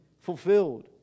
fulfilled